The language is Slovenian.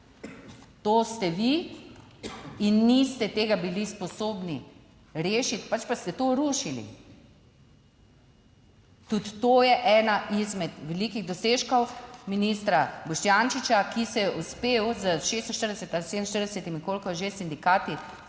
to ste vi in niste tega bili sposobni rešiti, pač pa ste to rušili. Tudi to je ena izmed velikih dosežkov ministra Boštjančiča, ki se je uspel s 46 ali 47, koliko je že, sindikati